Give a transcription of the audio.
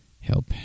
help